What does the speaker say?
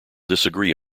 disagree